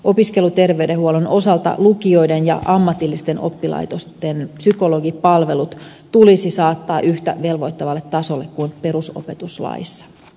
opiskelijaterveydenhuollon osalta lukioiden ja ammatillisten oppilaitosten psykologipalvelut tulisi saattaa yhtä velvoittavalle tasolle kuin perusopetuslaissa